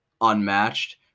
unmatched